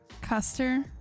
Custer